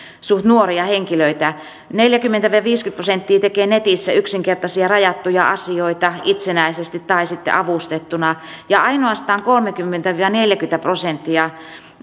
suht nuoria henkilöitä neljäkymmentä viiva viisikymmentä prosenttia tekee netissä yksinkertaisia rajattuja asioita itsenäisesti tai sitten avustettuna ja ainoastaan kolmekymmentä viiva neljäkymmentä prosenttia